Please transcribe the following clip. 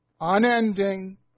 unending